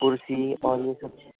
کرسی اور یہ سب چیز